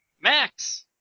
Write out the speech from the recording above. Max